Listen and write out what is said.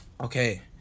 Okay